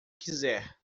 quiser